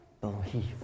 Believe